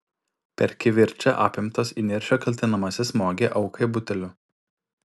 per kivirčą apimtas įniršio kaltinamasis smogė aukai buteliu